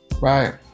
right